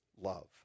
love